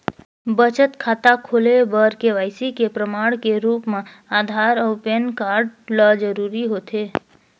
बचत खाता खोले बर के.वाइ.सी के प्रमाण के रूप म आधार अऊ पैन कार्ड ल जरूरी होथे